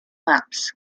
maps